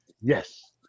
yes